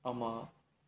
ஆமா:aamaa